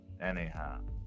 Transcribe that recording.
anyhow